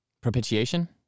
Propitiation